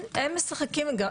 שהם משחקים.